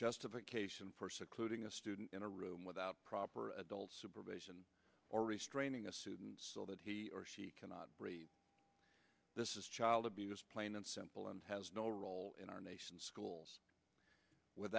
justification persecuting a student in a room without proper adult supervision or restraining a student that he or she cannot read this is child abuse plain and simple and has no role in our nation's schools with